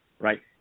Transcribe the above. right